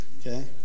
okay